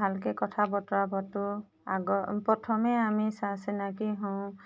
ভালকৈ কথা বতৰা পাতোঁ আগৰ প্ৰথমে আমি চা চিনাকী হওঁ